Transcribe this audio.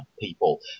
people